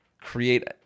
create